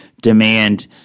demand